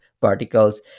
particles